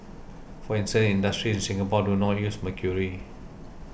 for instance industries in Singapore do not use mercury